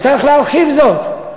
וצריך להרחיב זאת,